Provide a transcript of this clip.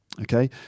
Okay